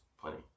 Plenty